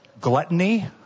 Gluttony